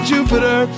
Jupiter